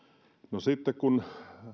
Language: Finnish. no sitten kun